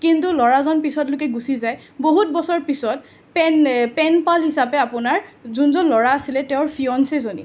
কিন্তু ল'ৰাজন পিছলৈকে গুচি যায় বহুত বছৰ পিছত পেন পেন হিচাপে আপোনাৰ যোনজন ল'ৰা আছিলে তেওঁৰ ফিয়ঞ্চীজনী